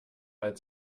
als